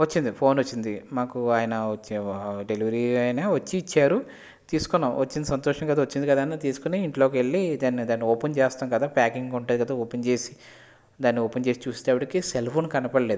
వచ్చింది ఫోన్ వచ్చింది మాకు ఆయన వచ్చే డెలివరీ ఆయనే వచ్చి ఇచ్చారు తీసుకున్నాము వచ్చింది సంతోషం వచ్చింది కదా అని తీసుకున్నాము తీసుకొని ఇంట్లోకి వెళ్ళి దాన్ని దాన్ని ఓపెన్ చేస్తాము కదా ప్యాకింగ్ ఉంటుంది కదా ఓపెన్ చేసి దాన్ని ఓపెన్ చేసి చూసేటప్పటికీ సెల్ ఫోన్ కనబడలేదు